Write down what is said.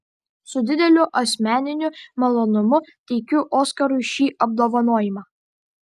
su dideliu asmeniniu malonumu teikiu oskarui šį apdovanojimą